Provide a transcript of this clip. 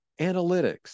analytics